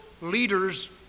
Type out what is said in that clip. leaders